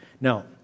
Now